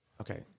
Okay